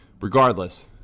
Regardless